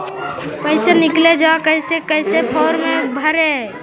पैसा निकले ला कैसे कैसे फॉर्मा भरे परो हकाई बता सकनुह?